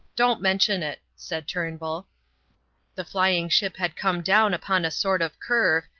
don't mention it, said turnbull the flying ship had come down upon a sort of curve,